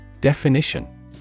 Definition